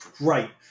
Right